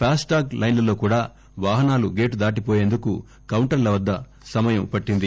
past tag లైన్లలో కూడా వాహనాలు గేటు దాటిపోయేందుకు కౌంటర్ల వద్ద సమయం పట్టింది